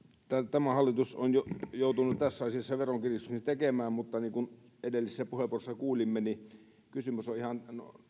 tämä hallitus on jo joutunut tässä asiassa veronkiristyksen tekemään mutta niin kuin edellisessä puheenvuorossa kuulimme niin kysymys on ihan